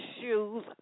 shoes